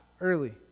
early